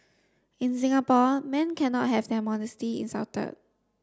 in Singapore men cannot have their modesty insulted